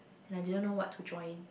and I didn't know what to join